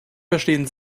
verstehen